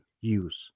use